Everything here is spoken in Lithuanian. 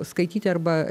skaityti arba